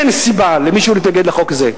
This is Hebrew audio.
אין סיבה למישהו להתנגד לחוק הזה,